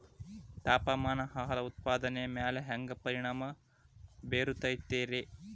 ತಾಪಮಾನ ಆಹಾರ ಉತ್ಪಾದನೆಯ ಮ್ಯಾಲೆ ಹ್ಯಾಂಗ ಪರಿಣಾಮ ಬೇರುತೈತ ರೇ?